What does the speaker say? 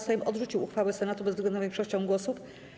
Sejm odrzucił uchwałę Senatu bezwzględną większością głosów.